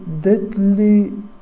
deadly